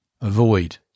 Avoid